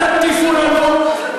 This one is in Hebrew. אל תטיפו לנו פה,